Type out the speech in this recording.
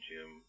Jim